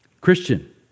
Christian